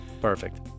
perfect